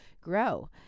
grow